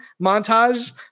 montage